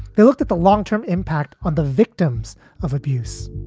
they looked at the long term impact on the victims of abuse.